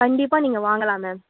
கண்டிப்பாக நீங்கள் வாங்கலாம் மேம்